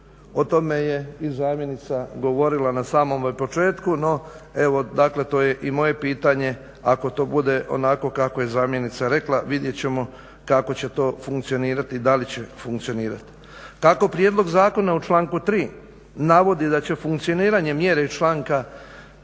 O tome je i zamjenica govorila na samome početku no evo to je i moje pitanje ako to bude onako kako je to zamjenica rekla. Vidjet ćemo kako će to funkcionirati i da li će funkcionirati. Kako prijedlog zakona u članku 3.navodi da će funkcioniranje mjera iz članka